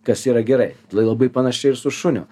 kas yra gerai tai labai panašiai ir su šuniu